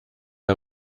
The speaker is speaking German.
der